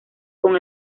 con